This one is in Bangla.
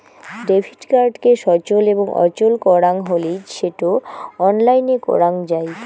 ডেবিট কার্ডকে সচল এবং অচল করাং হলি সেটো অনলাইনে করাং যাই